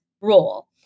role